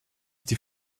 die